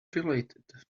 related